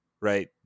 right